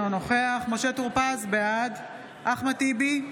אינו נוכח משה טור פז, בעד אחמד טיבי,